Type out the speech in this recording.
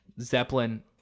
zeppelin